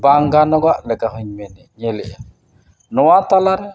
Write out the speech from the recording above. ᱵᱟᱝ ᱜᱟᱱᱚᱜᱟ ᱞᱮᱠᱟ ᱦᱚᱧ ᱧᱮᱞᱮᱜᱼᱟ ᱱᱚᱣᱟ ᱛᱟᱞᱟ ᱨᱮ